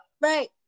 Right